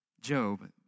Job